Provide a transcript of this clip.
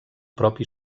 propi